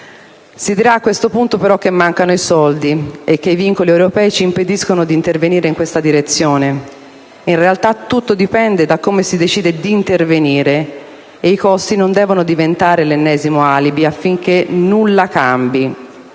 Si dirà a questo punto che mancano i soldi e che i vincoli europei ci impediscono di intervenire in questa direzione. In realtà, tutto dipende da come si decide di intervenire, e i costi non devono diventare l'ennesimo alibi affinché nulla cambi,